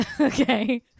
Okay